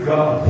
God